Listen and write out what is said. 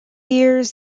years